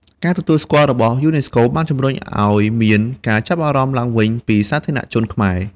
ការទទួលស្គាល់របស់យូណេស្កូបានជំរុញឱ្យមាន ការចាប់អារម្មណ៍ ឡើងវិញពីសាធារណជនខ្មែរ។